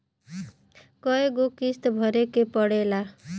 कय गो किस्त भरे के पड़ेला?